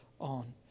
on